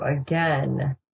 again